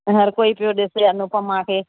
हरु कोई पियो ॾिसे अनूपमा खे